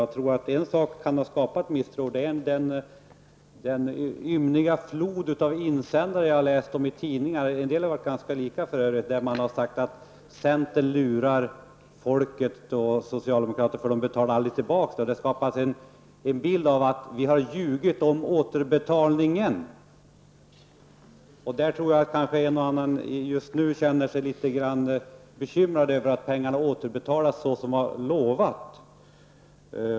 En sak som kan ha skapat misstro är den ymniga flod av insändare som förekommit i tidningar -- en del har varit ganska lika varandra -- om att centern och socialdemokraterna lurar folk, eftersom vi inte skulle ha för avsikt att betala tillbaka pengarna. På det sättet skapas en bild av att vi har ljugit om återbetalningen. På den punkten kanske en och annan just nu känner sig litet bekymrad över att pengarna återbetalas såsom lovat.